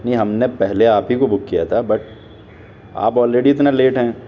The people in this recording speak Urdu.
نہیں ہم نے پہلے آپ ہی کو بک کیا تھا بٹ آپ آلریڈی اتنا لیٹ ہیں